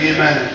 Amen